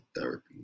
therapy